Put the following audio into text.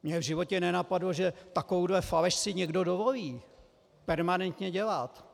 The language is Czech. Mě v životě nenapadlo, že takovou faleš si někdo dovolí permanentně dělat.